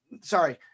Sorry